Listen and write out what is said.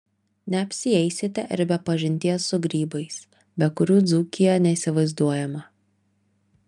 neapsieisite ir be pažinties su grybais be kurių dzūkija neįsivaizduojama